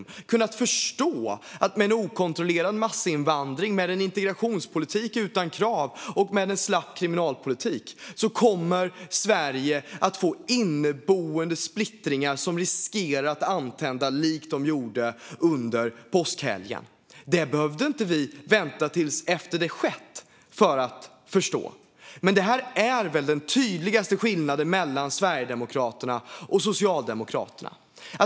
Vi har kunnat förstå att med en okontrollerad massinvandring, med en integrationspolitik utan krav och med en slapp kriminalpolitik kommer Sverige att få inneboende splittringar som riskerar att antända likt de gjorde under påskhelgen. Det behövde inte vi vänta till efter att det skett för att förstå. Det är väl den tydligaste skillnaden mellan Sverigedemokraterna och Socialdemokraterna.